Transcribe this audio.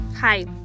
Hi